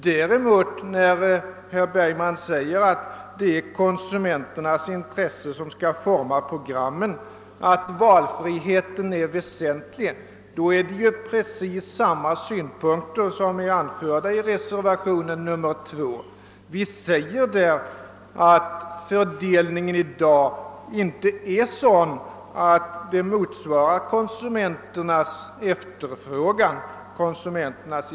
De av herr Bergman framförda uppfattningarna, att det är konsumenternas intresse som skall forma programmen och att valfriheten är väsentlig, överensstämmer däremot helt med de synpunkter som framförts i reservationen 2. Vi framhåller där att fördelningen i dag inte är sådan att den motsvarar konsumenternas efterfrågan och intresse.